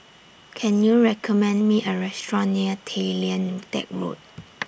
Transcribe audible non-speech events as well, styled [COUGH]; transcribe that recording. Can YOU recommend Me A Restaurant near Tay Lian Teck Road [NOISE]